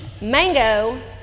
Mango